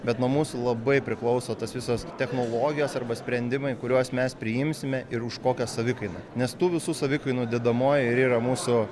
bet nuo mūsų labai priklauso tos visos technologijos arba sprendimai kuriuos mes priimsime ir už kokią savikainą nes tų visų savikainų dedamoji ir yra mūsų